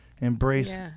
Embrace